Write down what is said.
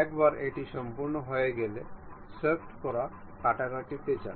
আসুন আমরা কেবল